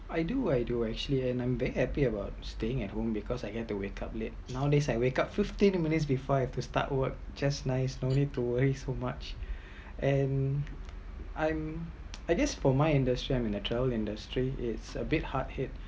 I do I do actually and I’m very happy about staying at home because I get to wake up late now this I wake up fifteen minutes before I've to start work just nice no need to worry so much and I’m I guess for my industry I’m in a treavel industry is a bit hard hit